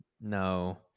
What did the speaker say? no